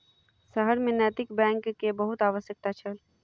शहर में नैतिक बैंक के बहुत आवश्यकता छल